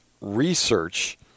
research